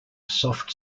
soft